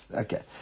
Okay